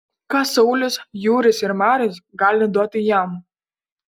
ką saulius jūris ir maris gali duoti jam